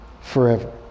forever